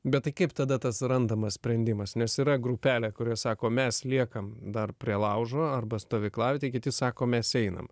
bet tai kaip tada tas randamas sprendimas nes yra grupelė kurios sako mes liekam dar prie laužo arba stovyklavietėj kiti sako mes einam